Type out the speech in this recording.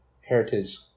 heritage